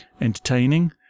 entertaining